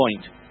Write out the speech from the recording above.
point